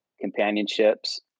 companionships